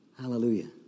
Hallelujah